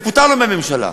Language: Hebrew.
ופוטרנו מהממשלה.